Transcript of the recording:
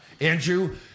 Andrew